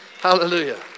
Hallelujah